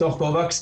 מתוך קובקס,